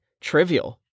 trivial